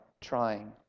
trying